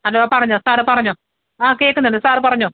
hello പറഞ്ഞോ സാറെ പറഞ്ഞോ ആ കേൾക്കുന്നുണ്ട് സാറ് പറഞ്ഞോ